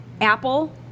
apple